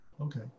Okay